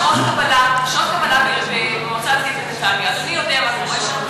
שעות קבלה במועצה הדתית בנתניה אדוני יודע מה קורה שם?